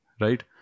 Right